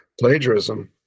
Plagiarism